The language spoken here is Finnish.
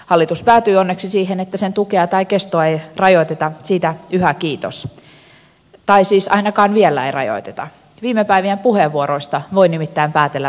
hallitus päätyi onneksi siihen että tukea tai kestoa ei rajoiteta siitä yhä kiitos tai siis ainakaan vielä ei rajoiteta viime päivien puheenvuoroista voi nimittäin päätellä vähän toista